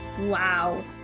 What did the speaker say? wow